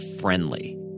friendly